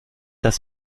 dass